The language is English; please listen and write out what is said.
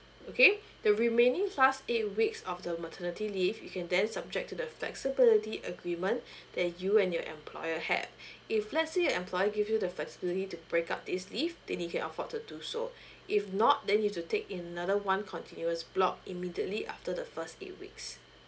okay the remaining five eight weeks of the maternity leave you can then subject to the flexibility agreement that you and your employer had if let's say your employer give you the first you need to break up this leave then you can afford to do so if not then you've to take in another one continuous block immediately after the first eight weeks